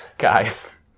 guys